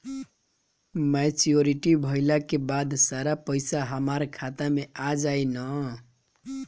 Maturity भईला के बाद सारा पईसा हमार खाता मे आ जाई न?